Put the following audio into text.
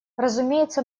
разумеется